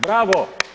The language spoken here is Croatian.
Bravo.